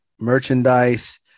merchandise